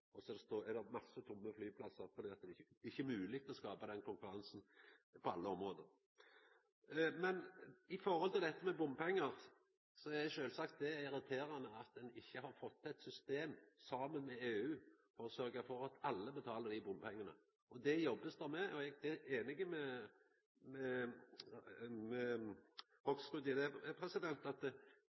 og så er det mange tomme flyplassar fordi det ikkje er mogleg å skapa konkurranse på alle område. Når det gjeld dette med bompengar, er det sjølvsagt irriterande at ein ikkje har fått til eit system saman med EU for å sørgja for at alle betaler bompengar. Det vert det jobba med. Eg er einig med representanten Hoksrud i at dette må me få på plass. Problemet har vore at me må gjera dette i samarbeid med